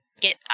get